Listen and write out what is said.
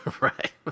right